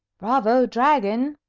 bravo, dragon!